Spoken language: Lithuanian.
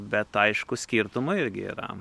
bet aišku skirtumų irgi yra